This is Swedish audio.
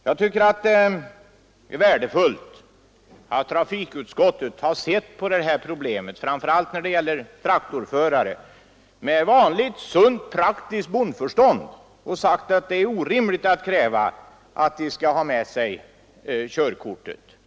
Jag tycker att det är värdefullt att trafikutskottet här har sett på detta problem — framför allt när det gäller traktorförare — med vanligt, sunt, praktiskt bondförstånd och sagt att det är orimligt att kräva att föraren alltid skall ha körkortet med sig.